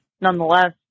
nonetheless